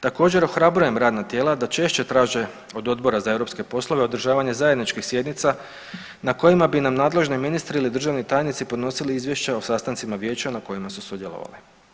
Također ohrabrujem radna tijela da češće traže od Odbora za europske poslove održavanje zajedničkih sjednica na kojima bi nam nadležni ministri ili državni tajnici podnosili izvješća o sastancima Vijeća na kojima su sudjelovali.